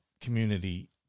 community